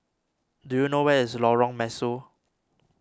do you know where is Lorong Mesu